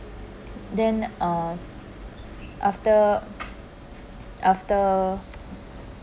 then uh after after